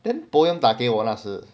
then POEMS 打给我那时